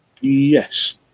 Yes